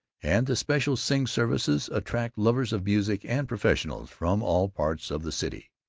and the special sing services attract lovers of music and professionals from all parts of the city.